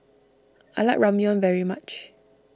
I like Ramyeon very much